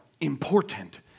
important